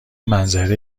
منظره